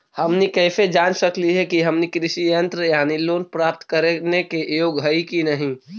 हमनी कैसे जांच सकली हे कि हमनी कृषि ऋण यानी लोन प्राप्त करने के योग्य हई कि नहीं?